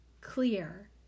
clear